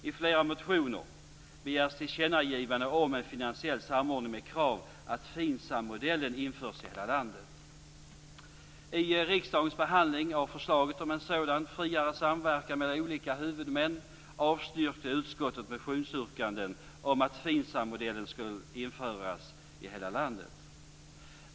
I flera motioner begärs tillkännagivanden om en finansiell samordning med krav att FINSAM I riksdagens behandling av förslaget om en sådan friare samverkan mellan olika huvudmän avstyrkte utskottet motionsyrkanden om att FINSAM-modellen skall införas i hela landet.